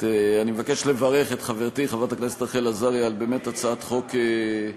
על הצעת החוק,